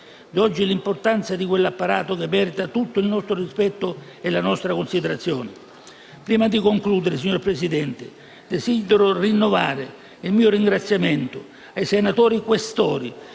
qui l'importanza di quell'apparato che merita tutto il nostro rispetto e la nostra considerazione. Prima di concludere, signor Presidente, desidero rinnovare il mio ringraziamento ai senatori Questori